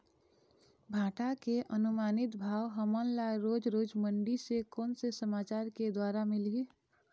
भांटा के अनुमानित भाव हमन ला रोज रोज मंडी से कोन से समाचार के द्वारा मिलही?